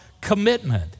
commitment